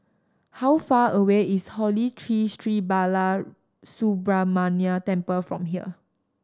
how far away is Holy Tree Sri Balasubramaniar Temple from here